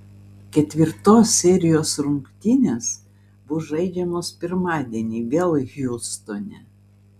ketvirtos serijos rungtynės bus žaidžiamos pirmadienį vėl hjustone